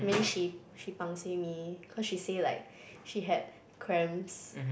but then she she pangseh me cause she say like she had cramps